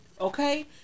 Okay